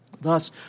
Thus